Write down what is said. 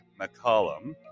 McCollum